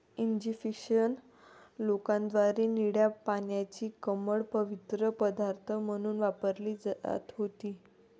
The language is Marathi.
इजिप्शियन लोकांद्वारे निळ्या पाण्याची कमळ पवित्र पदार्थ म्हणून वापरली जात होती